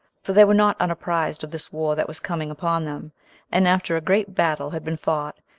for they were not unapprized of this war that was coming upon them and after a great battle had been fought,